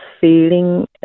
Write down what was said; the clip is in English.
feeling